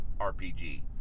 RPG